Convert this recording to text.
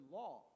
law